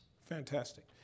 Fantastic